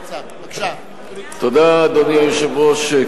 הודעה ליושב-ראש ועדת הכנסת.